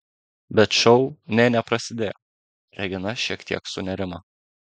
bet šou nė neprasidėjo regina šiek tiek sunerimo